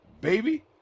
baby